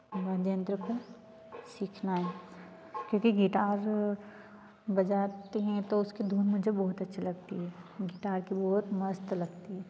वाद्ययंत्र को सीखना है क्योंकि गिटार बजाते हैं तो उसकी धुन मुझे बहुत अच्छी लगती है गिटार की बहुत मस्त लगती है